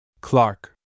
Clark